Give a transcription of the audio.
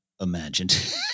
imagined